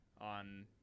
on